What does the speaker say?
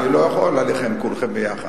אני לא יכול עליכם כולכם ביחד.